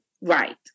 Right